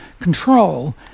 control